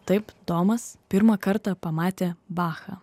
taip domas pirmą kartą pamatė bachą